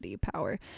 power